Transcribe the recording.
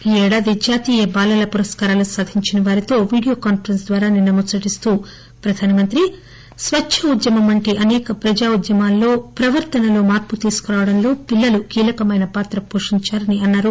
ఈ ఏడాదిజాతీయ బాలల పురస్కారాలు సాధించిన వారితో వీడియో కాన్పరెన్స్ ద్వారా నిన్న ముచ్చటిస్తూ ప్రధానమంత్రి స్వచ్చ ఉద్యమం వంటి అసేక ప్రజా ఉద్యమాల్లో ప్రవర్తనలో మార్పు తీసుకురావడంలో పిల్లలు కీలకమైన పాత్ర పోషించారని అన్నారు